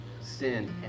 sin